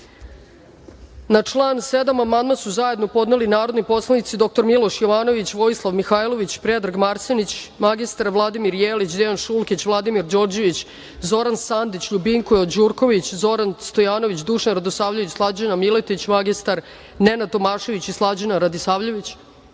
član 7. amandman su zajedno podneli narodni poslanici dr Miloš Jovanović, Vojislav Mihailović, Predrag Marsenić, mr Vladimir Jelić, Dejan Šulkić, Vladimir Đorđević, Zoran Sandić, Ljubinko Đurković, Zoran Stojanović, Dušan Radosavljević, Slađana Miletić, mr Nenad Tomašević i Slađana Radisavljević. Reč